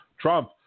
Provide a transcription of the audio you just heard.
Trump